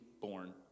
born